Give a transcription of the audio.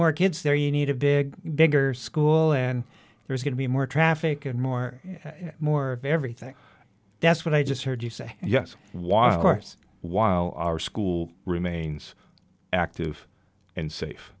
kids there you need a big bigger school and there's going to be more traffic and more and more of everything that's what i just heard you say yes while force while our school remains active and safe